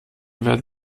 werden